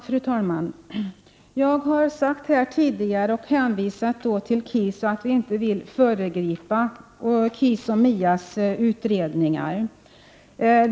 Fru talman! Som jag tidigare sagt hänvisar jag till att vi inte vill föregripa utredningarna från KIS och MIA.